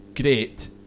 great